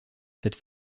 cette